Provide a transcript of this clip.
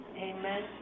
Amen